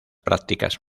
prácticas